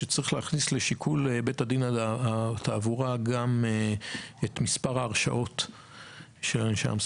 שצריך להכניס לשיקול בית הדין לתעבורה גם את מספר ההרשעות של אדם.